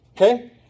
okay